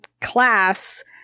class